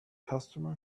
customer